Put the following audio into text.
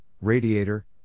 radiator